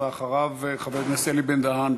אחריו, חבר הכנסת אלי בן-דהן.